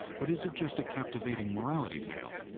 but is it just a captivating morality tale?